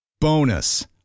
Bonus